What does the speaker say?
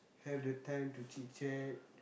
have the time to chit chat